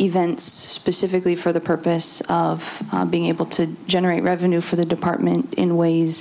events specifically for the purpose of being able to generate revenue for the department in ways